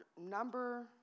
number